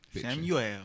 Samuel